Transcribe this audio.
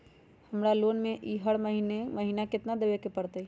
हमरा लोन के ई.एम.आई हर महिना केतना देबे के परतई?